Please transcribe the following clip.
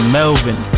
Melvin